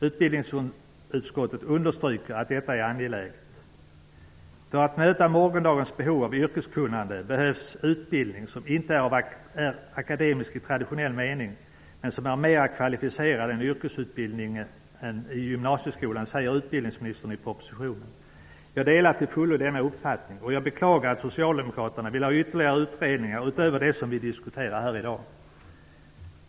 Utbildningsutskottet understryker att detta är angeläget. För att möta morgondagens behov av yrkeskunnande behövs utbildning som inte är akademisk i traditionell mening men som är mera kvalificerad än yrkesutbildningen i gymnasieskolan, skriver utbildningsministern i propositionen. Jag delar till fullo denna uppfattning. Jag beklagar att Socialdemokraterna vill ha ytterligare utredningar utöver dem vi diskuterar i dag.